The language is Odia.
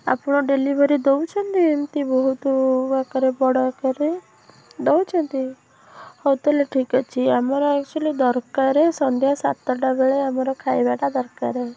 ଆପଣ ଡେଲିଭରି ଦେଉଛନ୍ତି ଏମିତି ବହୁତ ଆକାରରେ ବଡ଼ ଆକାରରେ ଦେଉଛନ୍ତି ହଉ ତାହାଲେ ଠିକ୍ ଅଛି ଆମର ଏକଚୌଲି ଦରକାର ସନ୍ଧ୍ୟା ସାତଟା ବେଳେ ଆମର ଖାଇବାଟା ଦରକାରେ